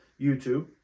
YouTube